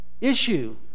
issue